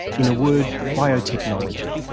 in a word, biotechnology.